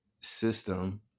system